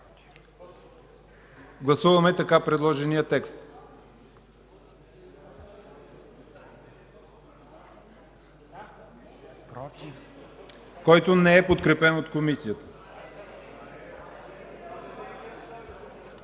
гласуваме предложения текст, който не е подкрепен от Комисията.